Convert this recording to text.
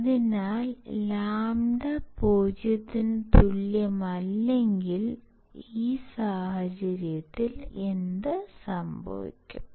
അതിനാൽ λ 0 ന് തുല്യമല്ലെങ്കിൽ ആ സാഹചര്യത്തിൽ എന്ത് സംഭവിക്കും